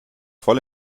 voll